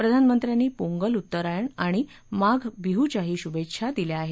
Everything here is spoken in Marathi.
प्रधानमंत्र्यांनी पोंगल उत्तरायण आणि माघ बिहूच्याही शुभेच्छा दिल्या आहेत